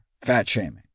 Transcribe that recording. fat-shaming